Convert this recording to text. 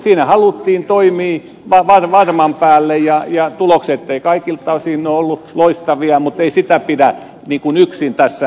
siinä haluttiin toimia varman päälle ja tulokset eivät kaikilta osin ole olleet loistavia mutta ei sitä yksin pidä tässä syyllistää